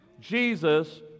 Jesus